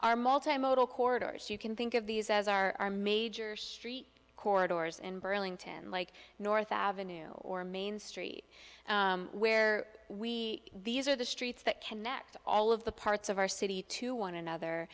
are multimodal corridors you can think of these as our major street corridors in burlington like north avenue or main street where we these are the streets that connect all of the parts of our city to one another